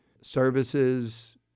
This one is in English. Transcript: services